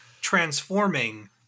transforming